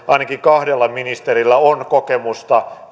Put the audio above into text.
ainakin kahdella ministerillä on kokemusta